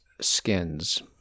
skins